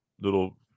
little